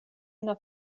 una